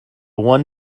one